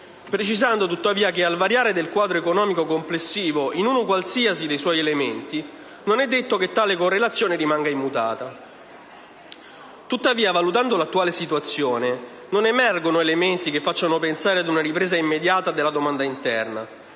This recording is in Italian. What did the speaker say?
precisando, tuttavia, che al variare del quadro economico complessivo, in uno qualsiasi dei suoi elementi, non è detto che tale correlazione rimanga immutata. Tuttavia, valutando l'attuale situazione, non emergono elementi che facciano pensare ad una ripresa immediata della domanda interna,